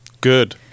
good